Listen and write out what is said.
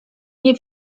nie